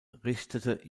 richtete